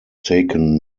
taken